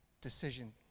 decision